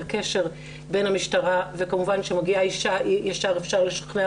קשר בין המשטרה וכמובן כשמגיעה אישה ישר אפשר לשכנע